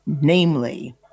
namely